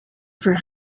for